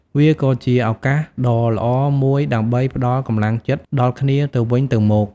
វាក៏ជាឱកាសដ៏ល្អមួយដើម្បីផ្តល់កម្លាំងចិត្តដល់គ្នាទៅវិញទៅមក។